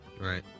right